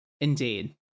indeed